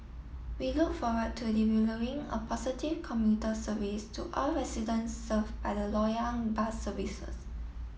we look forward to delivering a positive commuter service to all residents serve by the Loyang bus services